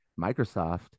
Microsoft